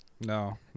no